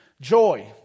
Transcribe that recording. Joy